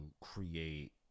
create